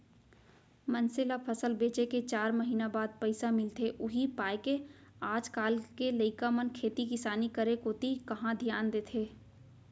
मनसे ल फसल बेचे के चार महिना बाद पइसा मिलथे उही पायके आज काल के लइका मन खेती किसानी करे कोती कहॉं धियान देथे